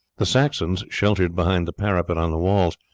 the saxons, sheltered behind the parapet on the walls,